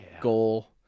goal